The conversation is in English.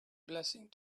blessing